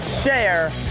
share